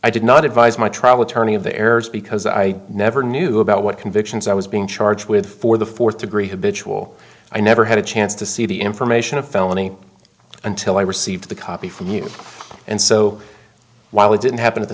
i did not advise my travel turning of the errors because i never knew about what convictions i was being charged with for the fourth degree habitual i never had a chance to see the information of a felony until i received a copy from you and so while it didn't happen at the